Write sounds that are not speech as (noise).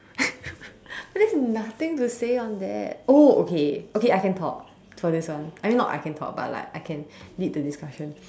(laughs) but there's nothing to say on that oh okay okay I can talk for this one I mean not I can talk but like I can lead the discussion